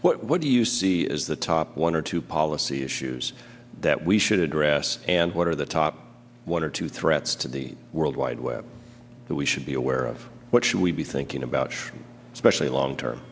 that what do you see as the top one or two policy issues that we should address and what are the top one or two threats to the worldwide web that we should be aware of what should we be thinking about especially long term